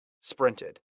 sprinted